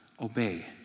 obey